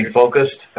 focused